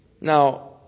Now